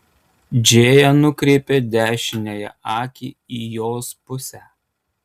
džėja nukreipė dešiniąją akį į jos pusę